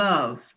Love